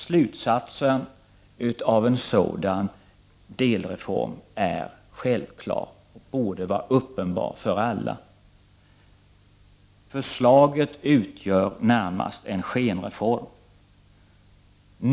Slutsatsen av en sådan delreform är självklar och borde vara uppenbar för alla: förslaget utgör närmast en skenreform.